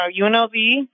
UNLV